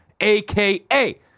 aka